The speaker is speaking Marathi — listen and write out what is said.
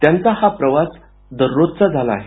त्यांचा हा प्रवास दररोजचा झाला आहे